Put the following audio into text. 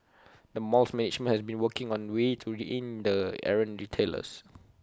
the mall's management has also been working on ways to rein in errant retailers